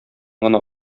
гына